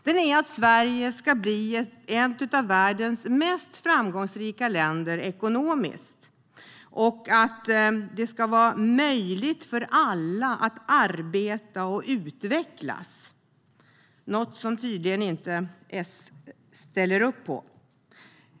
Den är att Sverige ska bli ett av världens mest framgångsrika länder ekonomiskt och att det ska vara möjligt för alla att arbeta och utvecklas - något som S tydligen inte ställer upp på.